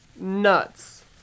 nuts